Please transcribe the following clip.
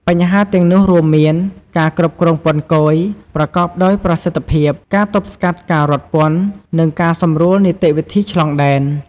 បញ្ហាទាំងនោះរួមមាន ការគ្រប់គ្រងពន្ធគយ ប្រកបដោយប្រសិទ្ធភាព ការទប់ស្កាត់ការរត់ពន្ធ និងការសម្រួលនីតិវិធីឆ្លងដែន។